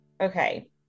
Okay